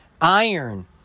Iron